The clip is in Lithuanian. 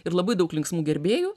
ir labai daug linksmų gerbėjų